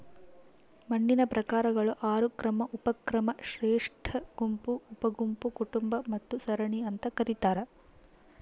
ಮಣ್ಣಿನ ಪ್ರಕಾರಗಳು ಆರು ಕ್ರಮ ಉಪಕ್ರಮ ಶ್ರೇಷ್ಠಗುಂಪು ಉಪಗುಂಪು ಕುಟುಂಬ ಮತ್ತು ಸರಣಿ ಅಂತ ಕರೀತಾರ